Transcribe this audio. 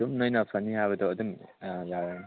ꯑꯗꯨꯝ ꯅꯣꯏꯅ ꯐꯅꯤ ꯍꯥꯏꯕꯗꯣ ꯑꯗꯨꯝ ꯌꯥꯔꯅꯤ